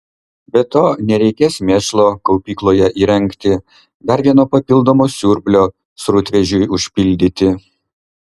be to nereikės mėšlo kaupykloje įrengti dar vieno papildomo siurblio srutvežiui užpildyti